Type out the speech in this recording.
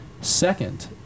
Second